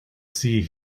see